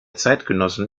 zeitgenossen